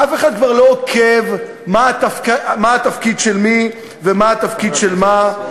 אף אחד כבר לא עוקב מה התפקיד של מי ומה התפקיד של מה.